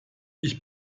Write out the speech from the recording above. ich